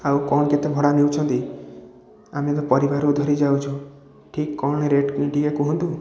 ଆଉ କ'ଣ କେତେ ଭଡ଼ା ନେଉଛନ୍ତି ଆମେ ତ ପରିବାରକୁ ଧରିକି ଯାଉଛୁ ଠିକ୍ କ'ଣ ରେଟ୍ ଟିକେ କୁହନ୍ତୁ